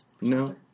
No